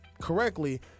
correctly